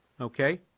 Okay